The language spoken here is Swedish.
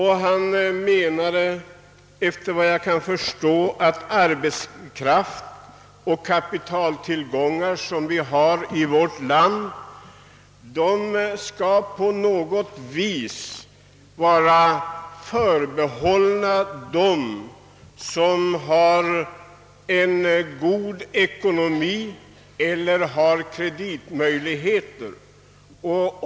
Han menade, efter vad jag kan förstå, att den arbetskraft och de kapitaltillgångar som vi har i vårt land på något vis skall vara förbehållna dem som har god ekonomi eller har kreditmöjligheter.